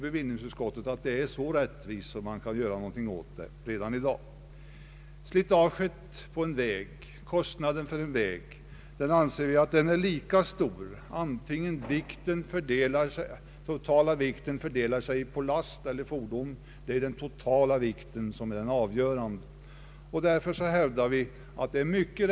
Bevillningsutskottet tycker dock att vi måste göra någonting åt detta redan i dag. Slitaget på en väg anser vi vara lika stort vare sig den totala vikten fördelar sig med en större del på lasten eller en större del på fordonet.